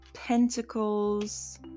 Pentacles